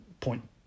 point